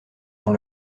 dans